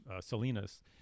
Salinas